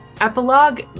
epilogue